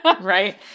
right